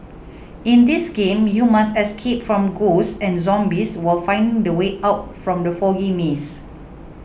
in this game you must escape from ghosts and zombies while finding the way out from the foggy maze